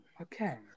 okay